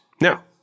Now